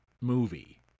movie